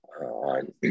on